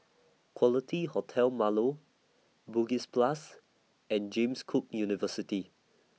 Quality Hotel Marlow Bugis Plus and James Cook University